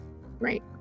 right